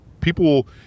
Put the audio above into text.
people